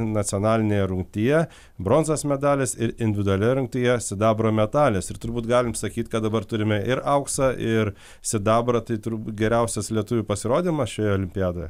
nacionalinėje rungtyje bronzos medalis ir individualioje rungtyje sidabro medalis ir turbūt galim sakyt kad dabar turime ir auksą ir sidabrą tai turbūt geriausias lietuvių pasirodymas šioje olimpiadoje